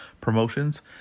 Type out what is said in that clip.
promotions